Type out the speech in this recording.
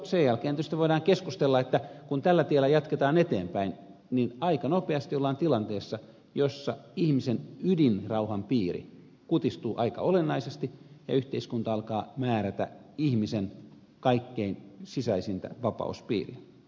sen jälkeen tietysti voidaan keskustella siitä että kun tällä tiellä jatketaan eteenpäin niin aika nopeasti ollaan tilanteessa jossa ihmisen ydinrauhan piiri kutistuu aika olennaisesti ja yhteiskunta alkaa määrätä ihmisten kaikkein sisäisintä vapauspiiriä